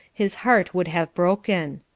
his heart would have broken.